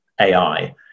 AI